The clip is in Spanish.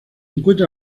encuentra